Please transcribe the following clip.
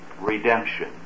redemption